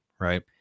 right